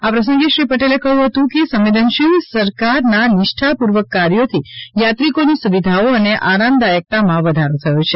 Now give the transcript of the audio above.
આ પ્રસંગે શ્રી પટેલે કહ્યું હતું કે સંવેદનશીલ સરકારના નિષ્ઠાપૂર્વક કાર્યોથી યાત્રિકોની સુવિધાઓ અને આરામદાયકતામાં વધારો થયો છે